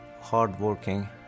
hardworking